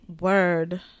Word